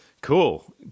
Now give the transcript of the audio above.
Cool